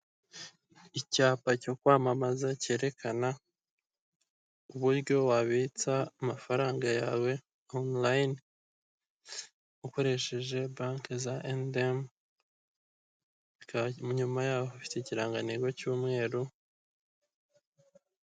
Icyapa cyo kwamamaza cyerekana uburyo wabitsa amafaranga yawe onurayine ukoresheje banki za A&M, hakaba inyuma yaho hafite ikirangantego cy'umweru.